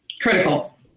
critical